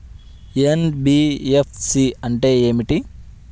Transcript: NBFC అంటే ఏమిటి?